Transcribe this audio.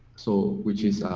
so which is